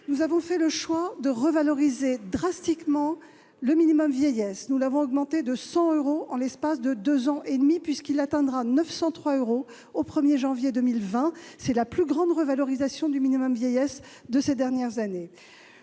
Nous avons fait le choix de revaloriser drastiquement le minimum vieillesse en l'augmentant de 100 euros en deux ans et demi : il atteindra 903 euros au 1 janvier prochain. C'est la plus grande revalorisation du minimum vieillesse lancée ces dernières années,